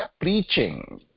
preaching